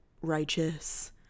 Righteous